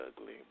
ugly